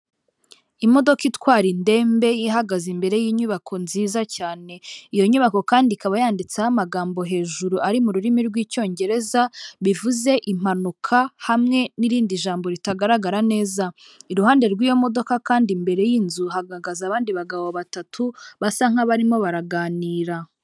Imodoka itwara indembe ihagaze imbere y'inyubako nziza cyane, iyo nyubako kandi ikaba yanditseho amagambo hejuru ari muru rurimi rw'icyongereza bivuze impanuka hamwe n'irindi jambo ritagaragara neza, iruhande rw'iyo modoka kandi imbere y'inzu hahagaze abandi bagabo batatu basa nk'abarimo baraganira.